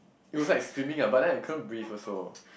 it was like swimming uh but then I couldn't breathe also